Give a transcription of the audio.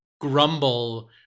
grumble